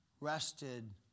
rested